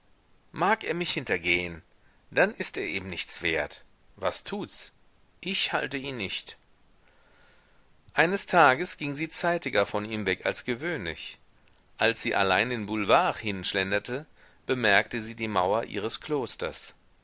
mag er mich hintergehen dann ist er eben nichts wert was tuts ich halte ihn nicht eines tages ging sie zeitiger von ihm weg als gewöhnlich als sie allein den boulevard hinschlenderte bemerkte sie die mauer ihres klosters